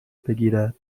بگیرد